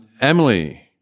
Emily